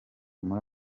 muri